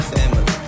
Family